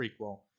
prequel